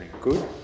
Good